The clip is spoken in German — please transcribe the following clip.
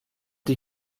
die